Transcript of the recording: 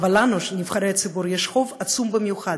אבל לנו, נבחרי הציבור, יש חוב עצום במיוחד,